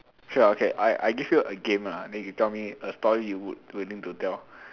sure okay I I give you a game ah then you tell me a story you would willing to tell